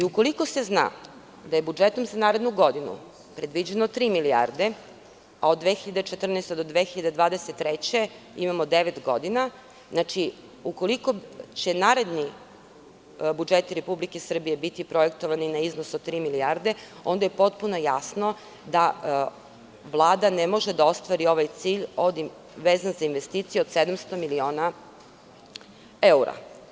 Ukoliko se zna da je budžetom za narednu godinu predviđeno tri milijarde, a od 2014. do 2023. godine imamo devet godina, ukoliko će naredni budžeti Republike Srbije biti projektovani na iznos od tri milijarde, onda je potpuno jasno da Vlada ne može da ostvari ovaj cilj vezan za investicije od 700 miliona evra.